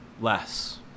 less